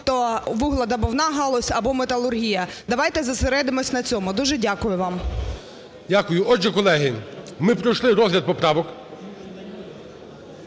будь-то вугледобувна галузь або металургія. Давайте зосередимось на цьому. Дуже дякую вам. ГОЛОВУЮЧИЙ. Дякую. Отже, колеги, ми пройшли розгляд поправок.